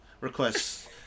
requests